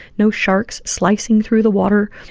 no sharks slicing through the water,